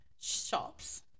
shops